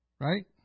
Right